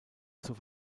zur